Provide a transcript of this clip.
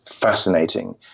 fascinating